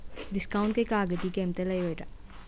discount ꯀꯩꯀꯥꯒꯗꯤ ꯀꯩꯝꯇ ꯂꯩꯔꯣꯏꯗ꯭ꯔꯥ